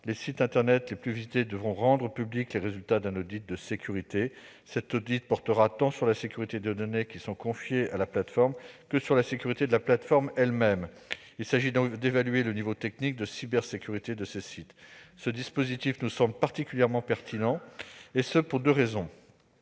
Les sites internet les plus visités devront rendre publics les résultats d'un audit de sécurité, qui portera tant sur la sécurité de données confiées à la plateforme que sur la sécurité de la plateforme elle-même. Il s'agit donc d'évaluer le niveau technique de cybersécurité de ces sites. Ce dispositif nous semble particulièrement pertinent pour deux raisons.